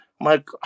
Mike